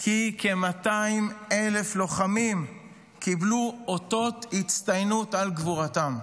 כי כ-200,000 לוחמים קיבלו אותות הצטיינות על גבורתם.